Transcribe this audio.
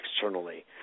externally